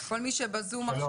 שלום.